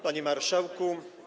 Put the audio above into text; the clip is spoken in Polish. Panie Marszałku!